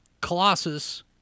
Colossus